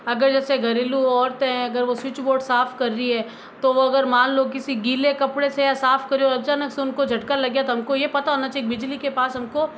अगर जैसे घरेलू औरतें हैं अगर वो स्विच बोर्ड को साफ कर रही है तो वो अगर मान लो किसी गीले कपड़े से साफ कर रही हो अचानक से उनको झटका लग गया तो हमको ये पता होना चाहिए बिजली के पास हमको